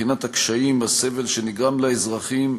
מבחינת הקשיים והסבל שנגרם לאזרחים,